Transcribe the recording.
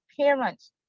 parents